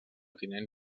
tinent